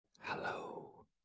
Hello